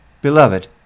Beloved